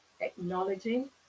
Acknowledging